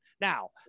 now